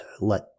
let